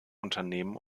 unternehmen